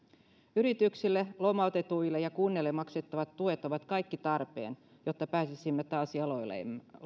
yrityksille lomautetuille ja kunnille maksettavat tuet ovat kaikki tarpeen jotta pääsisimme taas jaloillemme